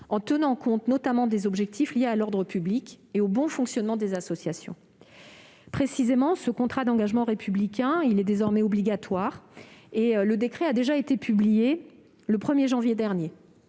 en tenant compte, notamment, des objectifs liés à l'ordre public et au bon fonctionnement des associations. Ce contrat d'engagement républicain est désormais obligatoire. Le décret d'application a été publié le 1 janvier dernier.